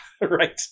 Right